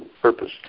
purpose